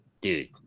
Dude